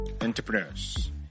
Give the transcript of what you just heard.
entrepreneurs